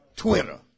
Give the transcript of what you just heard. Twitter